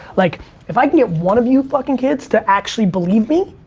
like if i can get one of you fucking kids to actually believe me,